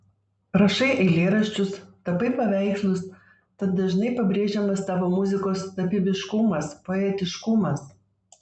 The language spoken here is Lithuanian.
rašai eilėraščius tapai paveikslus tad dažnai pabrėžiamas tavo muzikos tapybiškumas poetiškumas